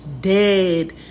dead